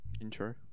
Intro